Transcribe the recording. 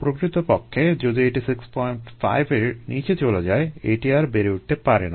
প্রকৃতপক্ষে যদি এটি 65 এর নিচে চলে যায় এটি আর বেড়ে উঠতে পারে না